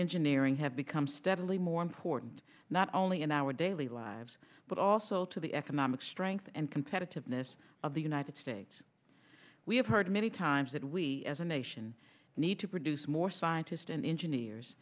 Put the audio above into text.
engineering have become steadily more important not only in our daily lives but also to the economic strength and competitiveness of the united states we have heard many times that we as a nation need to produce more scientists and engineers